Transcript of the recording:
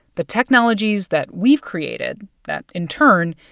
the technologies that we've created that, in turn,